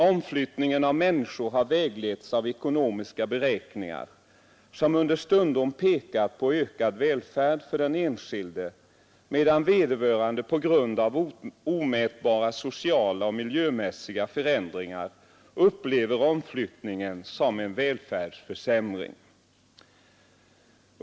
Omflyttningen av människor har vägletts av ekonomiska beräkningar, som understundom pekat på ökad välfärd för den enskilde medan vederbörande på grund av omätbara sociala och miljömässiga förändringar upplever omflyttningen som en välfärdsförsämring.